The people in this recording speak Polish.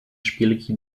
szpilki